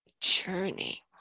journey